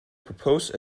propose